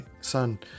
son